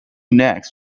next